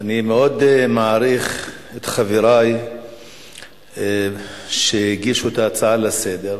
אני מאוד מעריך את חברי שהגישו את ההצעה לסדר-היום,